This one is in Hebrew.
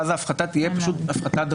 ואז ההפחתה תהיה דרמטית.